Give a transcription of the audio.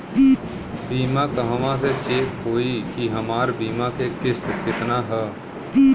बीमा कहवा से चेक होयी की हमार बीमा के किस्त केतना ह?